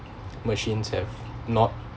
machines have not